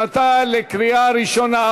להכנתה לקריאה ראשונה.